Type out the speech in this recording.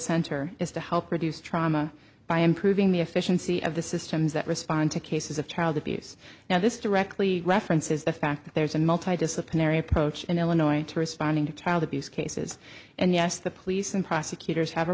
center is to help reduce trauma by improving the efficiency of the systems that respond to cases of child abuse now this directly references the fact that there's a multi disciplinary approach in illinois to responding to child abuse cases and yes the police and prosecutors have a